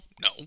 No